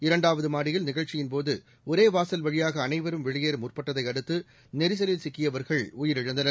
இரண்டாவதமாடியில் நிகழ்ச்சியின் போதுஒரேவாசல் வழியாகஅவைரும் வெளியேறமுற்பட்டதைபடுத்துநெரிசலில் சிக்கியவர்கள் உயிரிழந்தனர்